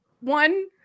one